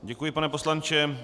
Děkuji, pane poslanče.